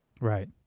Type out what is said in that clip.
Right